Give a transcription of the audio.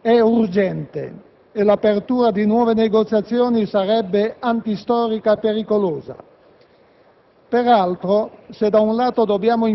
È urgente, e l'apertura di nuove negoziazioni sarebbe antistorica e pericolosa.